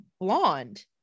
blonde